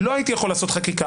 לא הייתי יכול לעשות חקיקה.